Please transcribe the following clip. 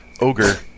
Ogre